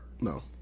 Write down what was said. no